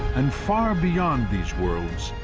and far beyond these worlds,